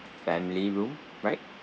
family room right